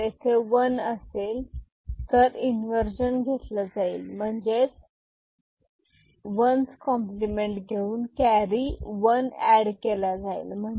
जर येथे व नसेल तर इन्वर्जन घेतला जाईल म्हणजेच वन्स कॉम्प्लिमेंट घेऊन कॅरी वन एड केला जाईल